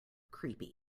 creepy